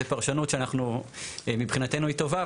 זה פרשנות שאנחנו, מבחינתנו היא טובה.